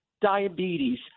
diabetes